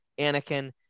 Anakin